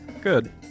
Good